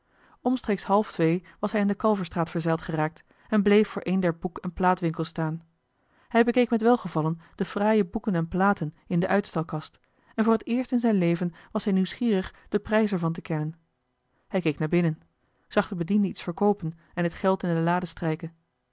omstreeks half twee was hij in de kalverstraat verzeild geraakt en bleef voor een der boek en plaatwinkels staan hij bekeek met welgevallen de fraaie boeken en platen in de uitstalkast en voor het eerst in zijn leven was hij nieuwsgierig den prijs er van te kennen hij keek naar binnen zag den bediende iets verkoopen en het geld in de lade strijken